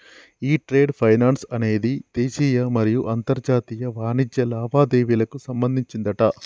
ఈ trade finance అనేది దేశీయ మరియు అంతర్జాతీయ వాణిజ్య లావాదేవీలకు సంబంధించిందట